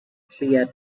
clear